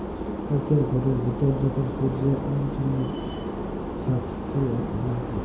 কাছের ঘরের ভিতরে যখল সূর্যের আল জ্যমে ছাসে লাগে